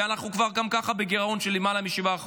ואנחנו כבר גם ככה בגירעון של למעלה מ-7%.